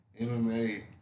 MMA